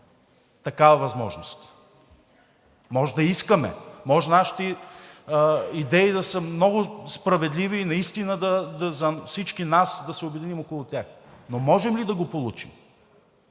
такава възможност. Може да искаме. Може нашите идеи да са много справедливи и наистина за всички нас да се обединим около тях. Но можем ли да го получим?!